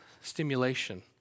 stimulation